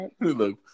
look